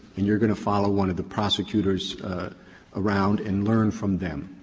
and you are going to follow one of the prosecutors around and learn from them?